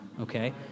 okay